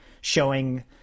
showing